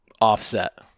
offset